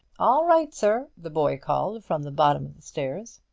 all right, sir, the boy called from the bottom of the staircase.